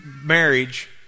marriage